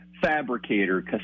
fabricator